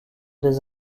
des